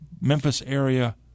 Memphis-area